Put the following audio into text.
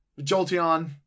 Jolteon